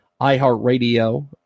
iHeartRadio